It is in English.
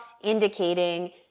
indicating